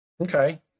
Okay